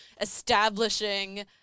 establishing